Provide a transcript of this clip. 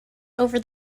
over